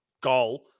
goal